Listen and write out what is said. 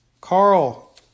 Carl